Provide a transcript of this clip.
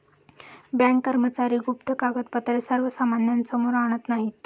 bank कर्मचारी गुप्त कागदपत्रे सर्वसामान्यांसमोर आणत नाहीत